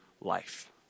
life